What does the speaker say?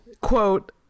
quote